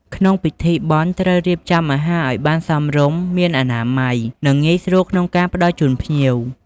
ក្នុងពិធីបុណ្យ ត្រូវរៀបចំអាហារឲ្យសមរម្យមានអនាម័យ និងងាយស្រួលក្នុងការផ្តល់ជូនភ្ញៀវ។